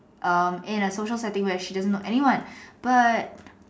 um in a social setting where she doesn't know anyone but